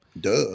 Duh